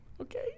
Okay